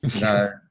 No